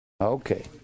Okay